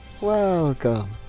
Welcome